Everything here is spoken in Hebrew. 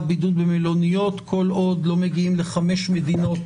בידוד במלוניות כל עוד לא מגיעים לחמש מדינות